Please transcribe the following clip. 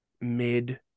mid